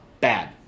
Bad